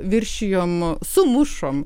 viršijom sumušom